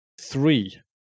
Three